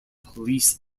police